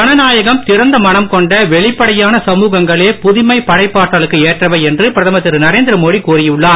ஜனநாயகம் திறந்த மனம் கொண்ட வெளிப்படையான சமூகங்களே புதுமை படைப்பாற்றலுக்கு ஏற்றவை என்று பிரதமர் திரு நரேந்திரமோடி கூறியுள்ளார்